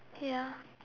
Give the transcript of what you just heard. ya